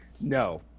No